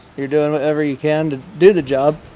you're doing whatever you can to do the job.